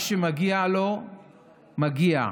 מה שמגיע לו מגיע,